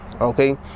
okay